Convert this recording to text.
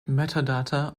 metadata